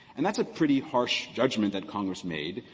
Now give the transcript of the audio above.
and that's a pretty harsh judgment that congress made,